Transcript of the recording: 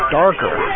darker